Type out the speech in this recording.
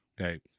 okay